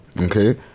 Okay